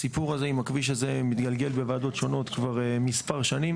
הסיפור הזה עם הכביש הזה מתגלגל בוועדות שונות כבר מספר שנים,